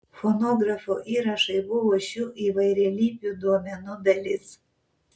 fonografo įrašai buvo šių įvairialypių duomenų dalis